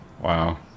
wow